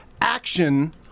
action